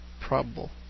probable